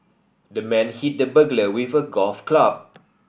the man hit the burglar with a golf club